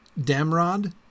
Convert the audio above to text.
Damrod